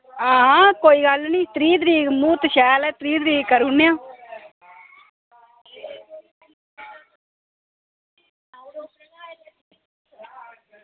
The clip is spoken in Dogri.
आं कोई गल्ल निं म्हूर्त शैल न त्रीह् तरीक करी ओड़ने आं